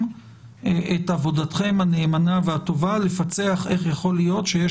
את עבודתכם הנאמנה והטובה לפצח איך יכול להיות שיש